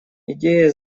идея